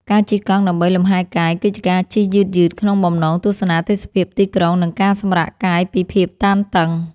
ការជិះកង់ដើម្បីលំហែកាយ គឺជាការជិះយឺតៗក្នុងបំណងទស្សនាទេសភាពទីក្រុង និងការសម្រាកកាយពីភាពតានតឹង។